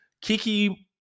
Kiki